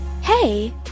Hey